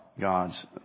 God's